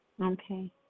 Okay